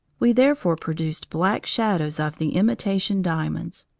we therefore produced black shadows of the imitation diamonds.